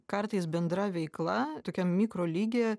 kartais bendra veikla tokiam mikrolygyje